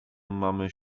mamy